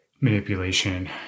manipulation